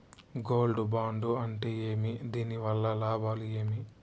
Gold bond అంటే ఏమి? దీని వల్ల లాభాలు ఏమి?